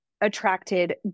attracted